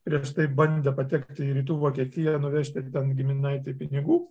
prieš tai bandė patekti į rytų vokietiją nuvežti ten giminaitei pinigų